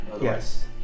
Yes